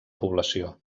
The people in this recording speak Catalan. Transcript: població